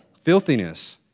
filthiness